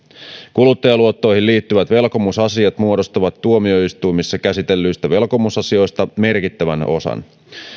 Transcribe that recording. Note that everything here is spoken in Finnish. kuluttajaluottoihin liittyvät velkomusasiat muodostavat tuomioistuimissa käsitellyistä velkomusasioista merkittävän osan